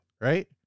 right